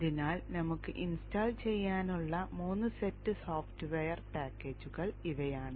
അതിനാൽ നമുക്ക് ഇൻസ്റ്റാൾ ചെയ്യാനുള്ള മൂന്ന് സെറ്റ് സോഫ്റ്റ്വെയർ പാക്കേജുകൾ ഇവയാണ്